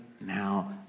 now